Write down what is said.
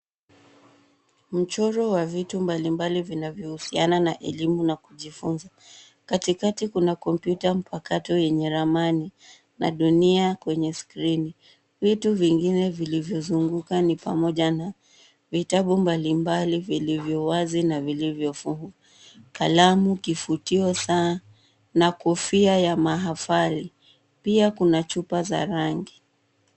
Mchoro wa vitu mbalimbali vinavyohusiana na elimu na kujifunza. Katikati kuna kompyuta mpakato yenye ramani, na dunia kwenye skrini. Vitu vingine vilivyozunguka ni pamoja na, vitabu mbalimbali vilivyo wazi na vilivyo fungwa, kalamu, kifutio, saa, na kofia ya mahafali. Pia kuna chupa za rangi.